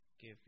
give